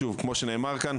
שוב, כמו שנאמר כאן,